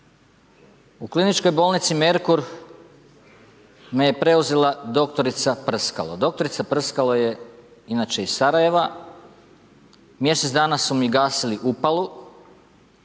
u KB Merkur. U KB Merkur me je preuzela doktorica Prskalo. Doktorica Prskalo je inače iz Sarajeva. Mjesec dana su mi gasilu upalu